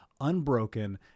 unbroken